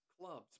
clubs